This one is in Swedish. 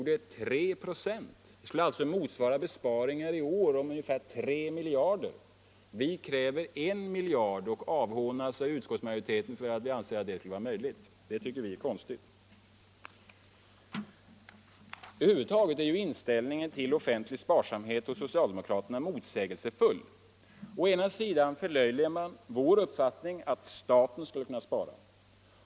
Det skulle i år motsvara besparingar om ungefär 3 miljarder. Vi kräver 1 miljard och avhånas av utskottsmajoriteten för att vi anser att en sådan besparing skulle vara möjlig. Det tycker vi är konstigt. Över huvud taget är socialdemokraternas inställning till offentlig sparsamhet motsägelsefull. Å ena sidan förlöjligar man vår uppfattning att staten skulle kunna spara.